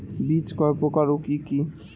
বীজ কয় প্রকার ও কি কি?